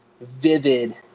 vivid